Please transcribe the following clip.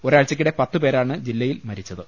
ഒരാഴ്ചക്കിടെ പത്തുപേ രാണ് ജില്ലയിൽ മരിച്ചത്